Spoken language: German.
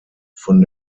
von